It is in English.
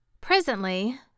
Presently